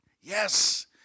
Yes